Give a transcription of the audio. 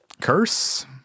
curse